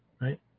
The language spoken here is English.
Right